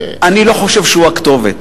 אני לא חושב שהוא הכתובת.